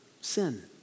sin